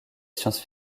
science